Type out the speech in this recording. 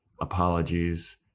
Apologies